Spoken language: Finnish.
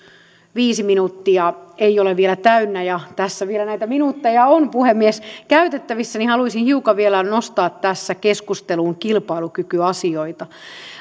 viisi minuuttia ei ole vielä täynnä ja tässä vielä näitä minuutteja on puhemies käytettävissä niin haluaisin hiukan vielä nostaa tässä keskusteluun kilpailukykyasioita